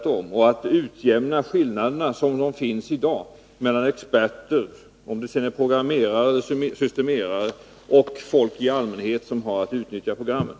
Det gäller också att utjämna de skillnader som finns i dag mellan experter — det må sedan gälla programmerare eller systemerare — och folk i allmänhet, som har att utnyttja programmen.